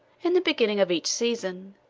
in the beginning of each season,